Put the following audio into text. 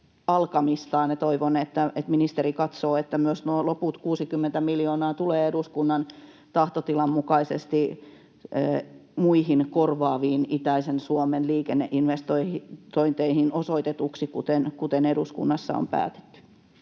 Toivon, että ministeri katsoo, että myös nuo loput 60 miljoonaa tulee eduskunnan tahtotilan mukaisesti muihin korvaaviin itäisen Suomen liikenneinvestointeihin osoitetuksi, kuten eduskunnassa on päätetty.